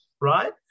right